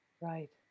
Right